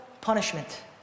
punishment